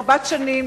רבת-שנים,